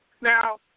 Now